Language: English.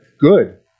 good